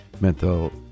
mental